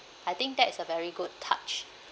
I think that is a very good touch